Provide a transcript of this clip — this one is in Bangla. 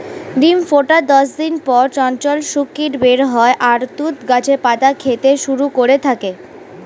ডিম ফোটার দশ দিন পর চঞ্চল শূককীট বের হয় আর তুঁত গাছের পাতা খেতে শুরু করে থাকে